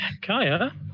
Kaya